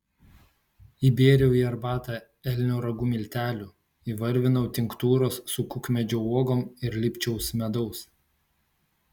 įbėriau į arbatą elnio ragų miltelių įvarvinau tinktūros su kukmedžio uogom ir lipčiaus medaus